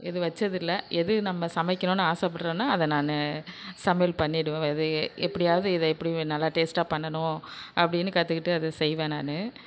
எதுவும் வச்சதில்ல எது நம்ம சமைக்கணும்னு ஆசைப்படுறனோ அதை நான் சமையல் பண்ணிடுவேன் இதை எப்படியாவது இதை எப்படியும் நல்லா டேஸ்ட்டாக பண்ணனும் அப்படின்னு கத்துக்கிட்டு அதை செய்வேன் நான்